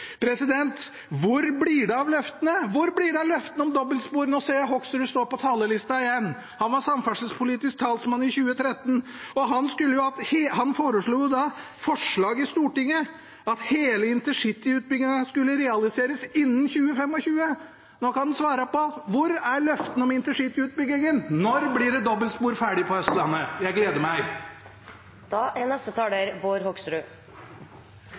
Hvor blir det av løftene? Hvor blir det av løftene om dobbeltspor? Nå ser jeg Hoksrud står på talerlisten igjen. Han var samferdselspolitisk talsmann i 2013, og han foreslo i Stortinget at hele intercityutbyggingen skulle realiseres innen 2025. Nå kan han svare: Hvor er løftene om intercityutbyggingen? Når blir dobbeltspor ferdig på Østlandet? – Jeg gleder meg! Representanten Myrlis virkelighetsoppfatning er